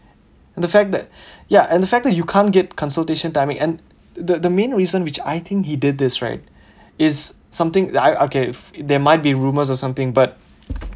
and the fact that ya and the fact that you can't get consultation timing and the the main reason which I think he did this right is something that I okay there might be rumors or something but